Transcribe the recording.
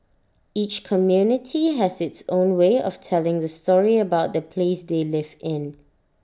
each community has its own way of telling the story about the place they live in